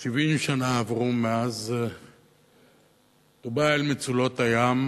70 שנה עברו מאז טובעה אל מצולות הים